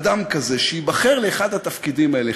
אדם כזה, שייבחר לאחד התפקידים האלה?